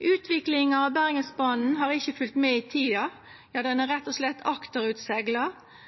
Utviklinga av Bergensbanen har ikkje følgt med i tida. Den er rett og slett akterutsegla.